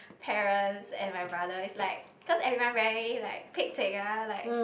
parents and my brother is like cause everyone very like Pek-Chek ah like